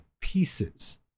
pieces